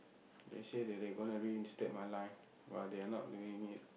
they say that they gonna reinstate my line but they are not doing it